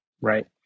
Right